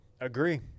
Agree